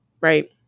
Right